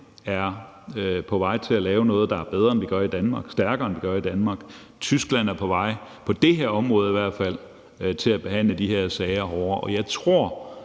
er på vej til at lave noget, der er bedre og stærkere, end hvad vi gør i Danmark. Tyskland er på vej – i hvert fald på det her område – til at behandle de her sager hårdere, og jeg tror,